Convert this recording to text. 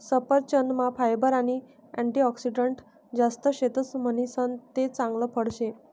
सफरचंदमा फायबर आणि अँटीऑक्सिडंटस जास्त शेतस म्हणीसन ते चांगल फळ शे